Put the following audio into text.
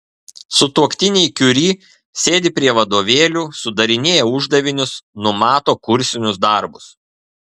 sutuoktiniai kiuri sėdi prie vadovėlių sudarinėja uždavinius numato kursinius darbus